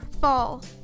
fall